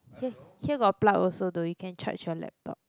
hey here got plug also though you can charge your laptop